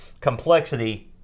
complexity